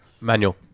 Manual